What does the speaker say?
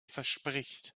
verspricht